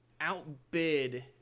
outbid